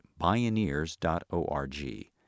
Bioneers.org